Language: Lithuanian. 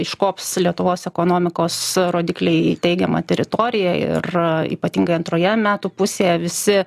iškops lietuvos ekonomikos rodikliai į teigiamą teritoriją ir ypatingai antroje metų pusėje visi